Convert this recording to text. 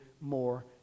more